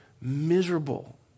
miserable